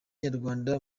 nyarwanda